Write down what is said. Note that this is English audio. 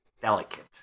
delicate